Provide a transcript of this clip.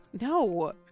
No